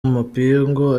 amapingu